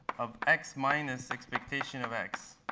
of x minus expectation of x